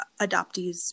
adoptees